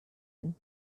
mine